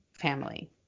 family